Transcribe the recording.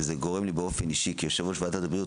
וזה גורם לי באופן אישי כיושב-ראש ועדת הבריאות